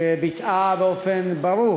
שביטאה באופן ברור